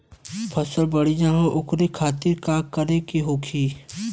फसल बढ़ियां हो ओकरे खातिर का करे के होई?